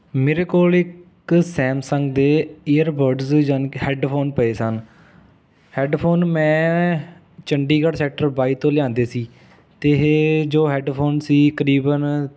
ਮੇਰੇ ਕੋਲ ਇੱਕ ਸੈਮਸੰਗ ਦੇ ਈਅਰਬਡਸ ਜਾਣੀ ਕਿ ਹੈੱਡਫ਼ੋਨ ਪਏ ਸਨ ਹੈੱਡਫ਼ੋਨ ਮੈਂ ਚੰਡੀਗੜ੍ਹ ਸੈਕਟਰ ਬਾਈ ਤੋਂ ਲਿਆਂਦੇ ਸੀ ਅਤੇ ਇਹ ਜੋ ਹੈੱਡਫ਼ੋਨ ਸੀ ਤਕਰੀਬਨ